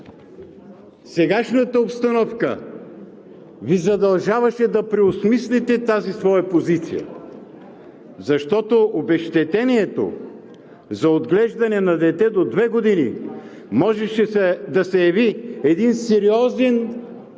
Сегашната обстановка Ви задължаваше да преосмислите тази своя позиция, защото обезщетението за отглеждане на дете до две години можеше да се яви един сериозен